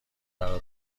برا